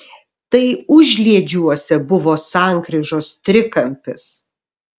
tai užliedžiuose buvo sankryžos trikampis